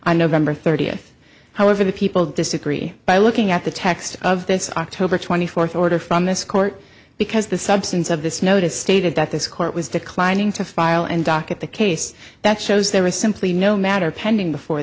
member thirtieth however the people disagree by looking at the text of this october twenty fourth order from this court because the substance of this notice stated that this court was declining to file an docket the case that shows there was simply no matter pending before